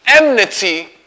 enmity